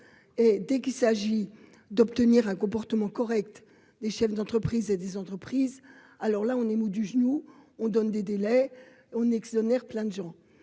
et dès qu'il s'agit d'obtenir un comportement correct des chefs d'entreprise et des entreprises, alors là on est mou du genou, on donne des délais on exonère plein de gens,